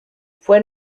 fue